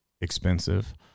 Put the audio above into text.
expensive